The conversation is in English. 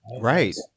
Right